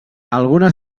algunes